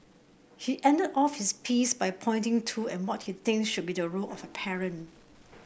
he ended off his piece by pointing to what he thinks should be the role of a parent